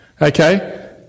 Okay